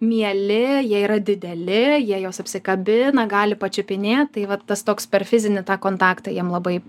mieli jie yra dideli jie juos apsikabina gali pačiupinėt tai vat tas toks per fizinį tą kontaktą jiem labai